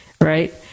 right